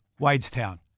Wadestown